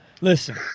listen